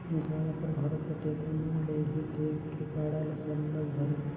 गाड़ा कर भरत ले टेकोना ले ही टेक के गाड़ा ल सरलग भरे